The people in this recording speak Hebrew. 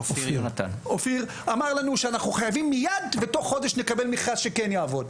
אופיר אמר לנו שאנחנו חייבים תוך חודש לקבל מכרז שכן יעבוד.